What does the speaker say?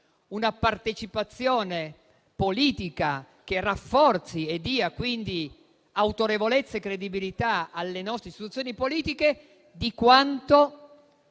una partecipazione politica che rafforzi e dia autorevolezza e credibilità alle nostre istituzioni politiche di quanto